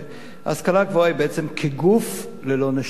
השכלה גבוהה היא בעצם כגוף ללא נשמה,